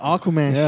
Aquaman